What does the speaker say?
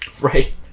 Right